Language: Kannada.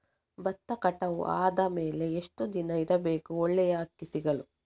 ಭತ್ತ ಕಟಾವು ಆದಮೇಲೆ ಎಷ್ಟು ದಿನ ಇಡಬೇಕು ಒಳ್ಳೆಯ ಅಕ್ಕಿ ಸಿಗಲು?